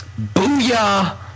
Booyah